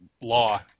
law